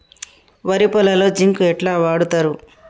వరి పొలంలో జింక్ ఎట్లా వాడుతరు?